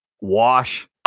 Wash